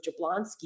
Jablonski